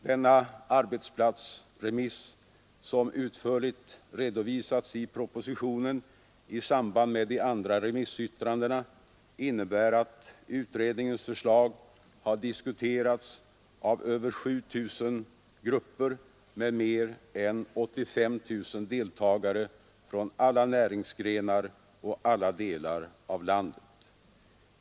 Denna arbetsplatsremiss, som utförligt redovisats i propositionen i samband med de andra remissyttrandena, innebär att utredningens förslag har diskuterats av över 7 000 grupper med mer än 85 000 deltagare från alla näringsgrenar och alla delar av landet.